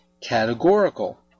categorical